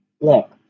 Look